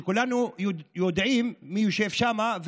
וכולנו יודעים מי יושב שם,